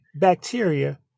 bacteria